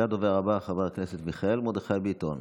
הדובר הבא, חבר הכנסת מיכאל מרדכי ביטון,